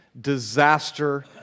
disaster